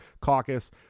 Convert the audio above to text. caucus